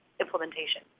implementation